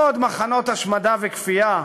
"לא עוד מחנות השמדה וכפייה",